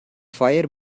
fire